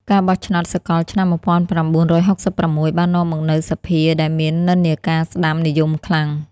ការបោះឆ្នោតសកលឆ្នាំ ១៩៦៦ បាននាំមកនូវសភាដែលមាននិន្នាការស្តាំនិយមខ្លាំង។